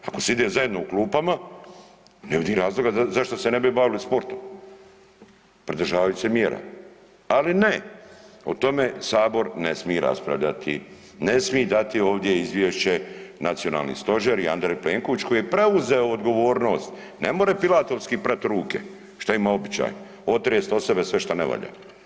Ako side zajedno u kupama ne vidim razloga zašto se ne bi bavili sportom, pridržavaju se mjera, ali ne, o tome sabor ne smije raspravljati, ne smije dati ovdje izvješće nacionalni stožer i Andrej Plenković koji je preuzeo odgovornost, ne more Pilatovski prati ruke, otrest od sebe sve što ne valja.